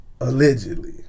Allegedly